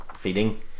feeding